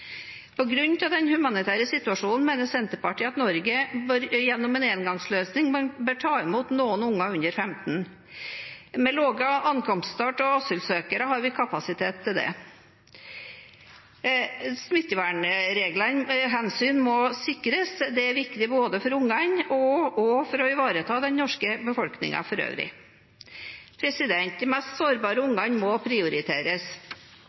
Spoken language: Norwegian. den humanitære situasjonen mener Senterpartiet at Norge gjennom en engangsløsning bør ta imot noen unger under 15 år. Med lave ankomsttall av asylsøkere har vi kapasitet til det. Smittevernhensyn må sikres. Det er viktig både for ungene og også for å ivareta den norske befolkningen for øvrig. De mest sårbare ungene må prioriteres.